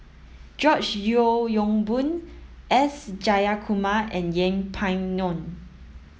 George Yeo Yong Boon S Jayakumar and Yeng Pway Ngon